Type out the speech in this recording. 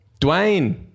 Dwayne